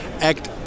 act